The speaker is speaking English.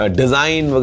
design